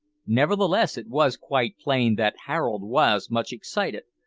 nevertheless it was quite plain that harold was much excited,